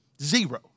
Zero